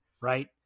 right